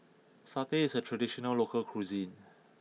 Satay is a traditional local cuisine